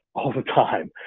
all the time,